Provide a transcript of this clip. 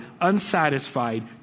unsatisfied